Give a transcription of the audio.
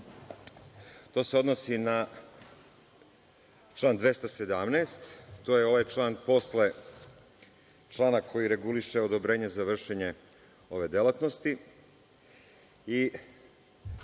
To se odnosi na član 217. To je ovaj član posle člana koji reguliše odobrenje za vršenje delatnosti.